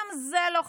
גם זה לא חשוב,